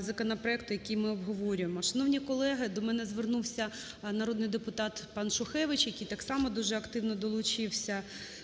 законопроекту, який ми обговорюємо. Шановні колеги, до мене звернувся народний депутат пан Шухевич, який так само дуже активно долучився